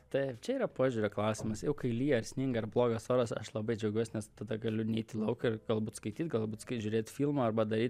taip čia yra požiūrio klausimas jau kai lyja ar sninga ar blogas oras aš labai džiaugiuos nes tada galiu neit į lauką ir galbūt skaityt galbūt s kais žiūrėt filmą arba daryt